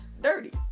dirty